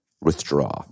withdraw